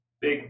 Big